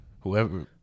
Whoever